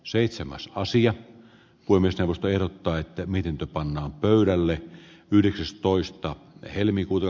seitsemäs osia voimistelusta ehdottaa että mitenkö pannaan pöydälle yhdeksästoista helmikuuta